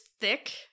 thick